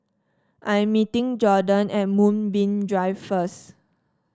I am meeting Jordon at Moonbeam Drive first